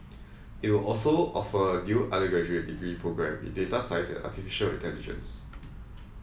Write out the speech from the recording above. it will also offer a new undergraduate degree programme in data science and artificial intelligence